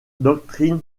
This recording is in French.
doctrine